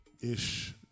ish